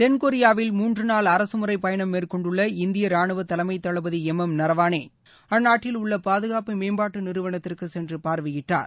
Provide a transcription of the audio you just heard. தென்கொரியாவில் மூன்று நாள் அரசுமுறை பயணம் மேற்கொண்டுள்ள இந்திய ராணுவ தலைமை தளபதி எம் எம் நரவானே அந்நாட்டில் உள்ள பாதுகாப்பு மேம்பாட்டு நிறுவனத்திற்கு சென்று பார்வையிட்டார்